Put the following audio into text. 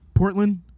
Portland